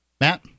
Matt